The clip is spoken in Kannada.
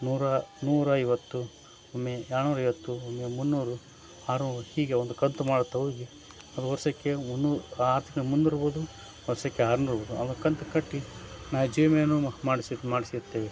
ನೂರಾ ನೂರ ಐವತ್ತು ಒಮ್ಮೆ ನಾನ್ನೂರು ಐವತ್ತು ಒಮ್ಮೆ ಮುನ್ನೂರು ಆರುನೂರು ಹೀಗೆ ಒಂದು ಕಂತು ಮಾಡುತ್ತಾ ಹೋಗಿ ಒಂದು ವರ್ಷಕ್ಕೆ ಮುನ್ನೂ ಆರ್ಥಿಕ ಮುನ್ನೂರು ಇರ್ಬೋದು ವರ್ಷಕ್ಕೆ ಆರ್ನೂರು ಇರ್ಬೋದು ಅವಾಗ ಕಂತು ಕಟ್ಟಿ ನಾನು ಜೀವ ವಿಮೆಯೂ ಮಾಡಿಸಿ ಮಾಡಿಸಿ ಇರ್ತೇವೆ